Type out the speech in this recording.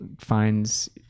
finds